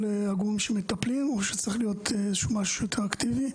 הגורמים שמטפלים או שצריך להיות איזשהו משהו יותר אקטיבי?